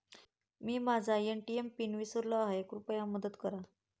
मी माझा ATM PIN विसरलो आहे, कृपया मदत करा